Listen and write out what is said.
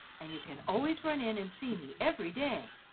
and you can always run in and see me every day,